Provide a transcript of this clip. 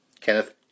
Kenneth